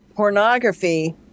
pornography